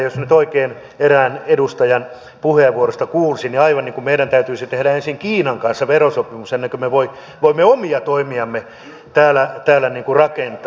jos nyt oikein erään edustajan puheenvuorosta kuulsi niin oli aivan niin kuin meidän täytyisi tehdä ensin kiinan kanssa verosopimus ennen kuin me voimme omia toimiamme täällä rakentaa